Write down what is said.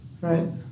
Right